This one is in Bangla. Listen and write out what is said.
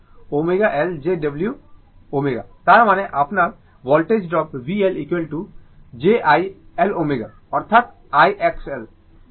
j L ω তার মানে আপনার voltage drop VL j I L ω অর্থাৎ I XL